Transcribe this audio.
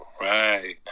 Right